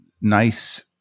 nice